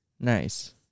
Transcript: Nice